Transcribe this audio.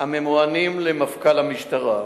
הממוענים למפכ"ל המשטרה.